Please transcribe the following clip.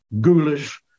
ghoulish